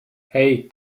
hei